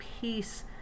peace